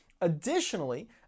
Additionally